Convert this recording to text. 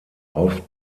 auf